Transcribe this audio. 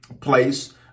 place